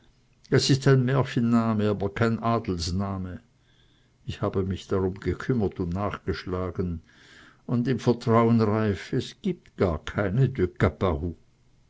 das ist ein märchenname aber kein adelsname ich habe mich darum gekümmert und nachgeschlagen und im vertrauen reiff es gibt gar keine